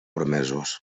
promesos